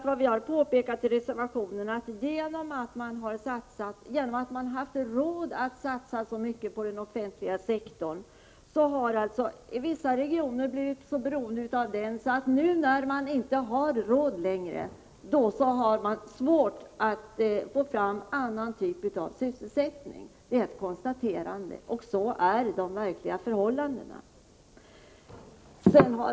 Vad vi har påpekat i reservationen är att det förhållandet att man har haft råd att satsa så mycket på den offentliga sektorn har gjort att vissa regioner har blivit så beroende av dem att de nu, när man inte har råd längre, har svårt att få fram annan typ av sysselsättning. Det är ett konstaterande vi har gjort, och så är de verkliga förhållandena.